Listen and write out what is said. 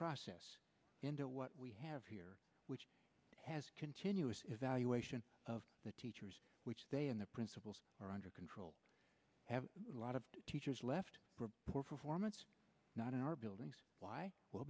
process into what we have here which has continuous evaluation of the teachers which they and the principals are under control have a lot of teachers left for poor performance not in our buildings w